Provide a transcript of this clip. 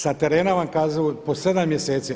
Sa terena vam kažem po 7 mjeseci.